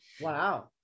Wow